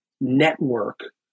network